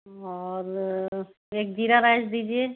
और एक ज़ीरा राइस दीजिए